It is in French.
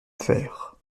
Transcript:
faire